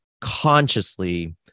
consciously